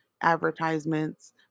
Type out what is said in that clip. advertisements